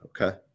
Okay